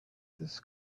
this